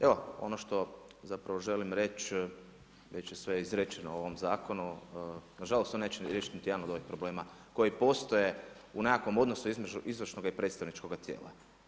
Evo ono što zapravo želim reći već je sve izrečeno u ovom zakonu, nažalost to neće riješiti niti jedan od ovih problema koji postoje u nekakvom odnosu između izvršnog i predstavničkog tijela.